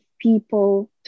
people